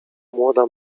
młoda